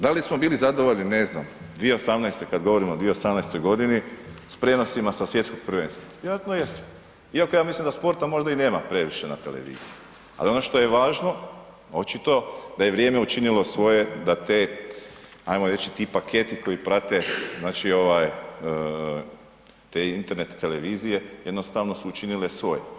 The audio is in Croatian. Da li smo bili zadovoljni ne znam 2018., kad govorimo o 2018.g. s prijenosima sa svjetskog prvenstva, vjerojatno jesmo iako ja mislim da sporta možda i nema previše na televiziji, ali ono što je važno očito da je vrijeme učinilo svoje da te ajmo reći ti paketi koji prate znači ovaj te Internet televizije jednostavno su učinili svoje.